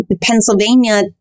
Pennsylvania